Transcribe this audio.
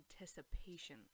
anticipation